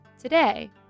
Today